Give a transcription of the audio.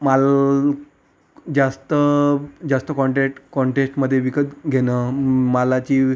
माल जास्त जास्त कॉन्टेक्ट कॉन्टेस्टमध्ये विकत घेणं मालाची